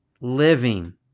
living